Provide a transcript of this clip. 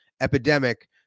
epidemic